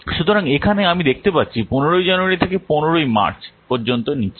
সুতরাং এখানে আমি দেখতে পাচ্ছি 15 ই জানুয়ারী থেকে 15 মার্চ পর্যন্ত নিচ্ছে